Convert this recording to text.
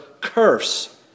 curse